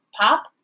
pop